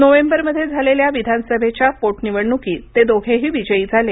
नोव्हेंबरमध्ये झालेल्या विधानसभेच्या पोटनिवडणुकीत ते दोघेही विजयी झाले